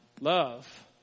Love